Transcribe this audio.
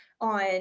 on